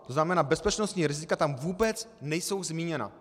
To znamená, bezpečnostní rizika tam vůbec nejsou zmíněna.